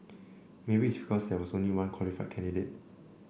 maybe it's because there was only one qualified candidate